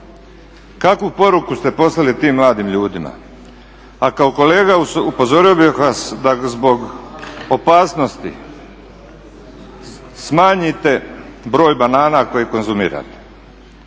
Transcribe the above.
Kakvu poruku ste poslali tim mladim ljudima? A kao kolega upozorio bih vas da zbog opasnosti smanjite broj banana koji konzumirate.